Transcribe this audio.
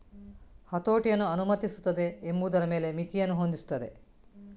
ಹತೋಟಿಯನ್ನು ಅನುಮತಿಸುತ್ತದೆ ಎಂಬುದರ ಮೇಲೆ ಮಿತಿಯನ್ನು ಹೊಂದಿಸುತ್ತದೆ